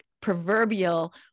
proverbial